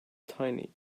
tiny